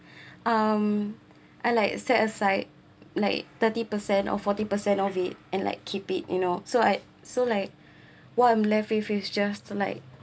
um I like set aside like thirty percent or forty percent of it and like keep it you know so I so like what I'm left with it's just like